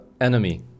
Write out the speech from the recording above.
enemy